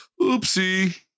oopsie